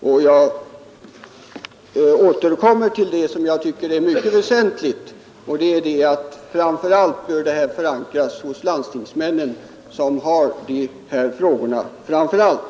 Och jag återkommer till det som jag tycker är mycket väsentligt, nämligen att dessa frågor framför allt bör förankras hos landstingsmännen, som främst har att handlägga dem.